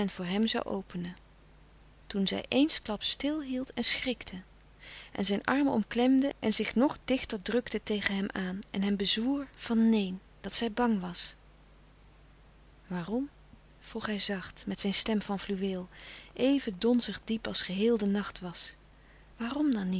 voor hem zoû openen toen zij eensklaps stilhield en schrikte en zijn arm omklemde en zich nog dichter drukte tegen hem aan en hem bezwoer van neen dat zij bang was waarom vroeg hij zacht met zijn stem van fluweel even donzig diep als geheel de louis couperus de stille kracht nacht was waarom dan niet